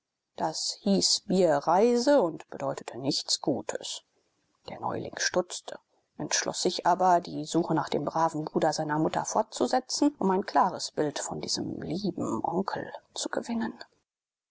das hieß bierreise und bedeutete nichts gutes der neuling stutzte entschloß sich aber die suche nach dem braven bruder seiner mutter fortzusetzen um ein klares bild von diesem lieben onkel zu gewinnen